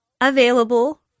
available